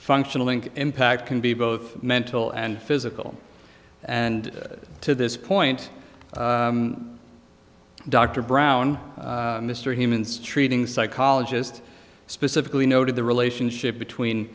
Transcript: functional link impact can be both mental and physical and to this point dr brown mr humans treating psychologist specifically noted the relationship between